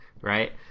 right